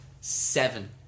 seven